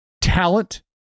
talent